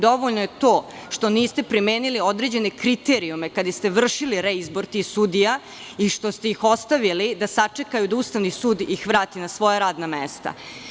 Dovoljno je to što niste primenili određene kriterijume kada ste vršili reizbor tih sudija i što ste ih ostavili da sačekaju da ih Ustavni sud vrati na svoja radna mesta.